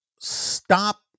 stop